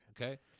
Okay